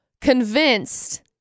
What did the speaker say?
convinced